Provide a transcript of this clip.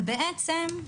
בעצם,